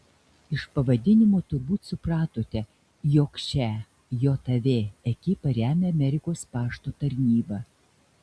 iš pavadinimo turbūt supratote jog šią jav ekipą remia amerikos pašto tarnyba